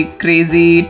crazy